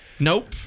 nope